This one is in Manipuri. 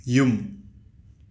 ꯌꯨꯝ